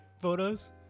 photos